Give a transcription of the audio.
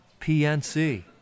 PNC